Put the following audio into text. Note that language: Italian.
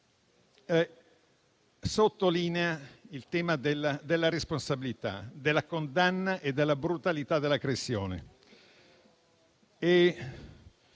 sottolinea quindi il tema della responsabilità, della condanna e della brutalità dell'aggressione.